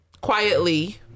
quietly